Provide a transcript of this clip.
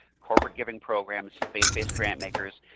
corporate giving programs, faith-based grant makers,